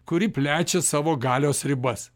kuri plečia savo galios ribas